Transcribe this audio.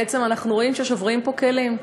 בעצם אנחנו רואים ששוברים פה כלים.